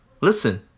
Listen